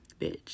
Bitch